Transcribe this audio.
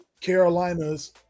Carolina's